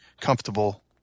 comfortable